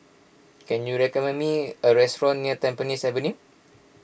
can you recommend me a restaurant near Tampines Avenue